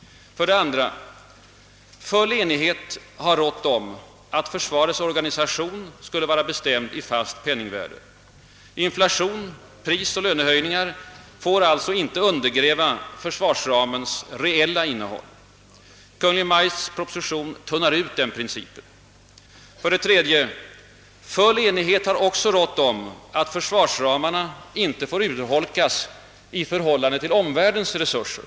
2. Full enighet har rått om att försvarets organisation skulle bestämmas i fast penningvärde. Inflationen — prisoch lönehöjningar — får alltså inte undergräva försvarsramens reella innehåll. Kungl. Maj:ts proposition tunnar ut denna princip. 3. Full enighet har också rått om att försvarsramarna inte får urholkas i förhållande till omwvärldens resurser.